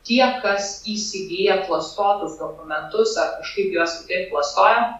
tie kas įsigyja klastotus dokumentus ar kažkaip juos kitaip klastoja